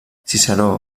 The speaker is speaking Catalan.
ciceró